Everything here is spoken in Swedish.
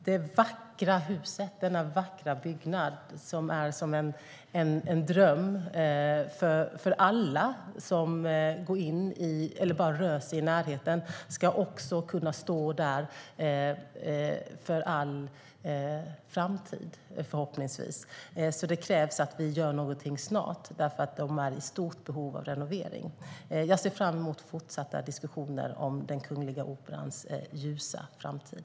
Det vackra huset, denna vackra byggnad, som är som en dröm för alla som går in där eller bara rör sig i närheten ska förhoppningsvis kunna stå där för all framtid. Det krävs att vi gör någonting snart, för det är i stort behov av renovering. Jag ser fram emot fortsatta diskussioner om den kungliga operans ljusa framtid.